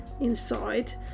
inside